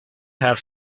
have